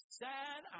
sad